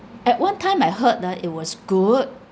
at one time I heard ah it was good